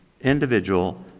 individual